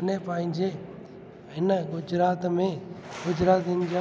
अने पंहिंजे हिन गुजरात में गुजरातियुनि जा